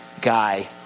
guy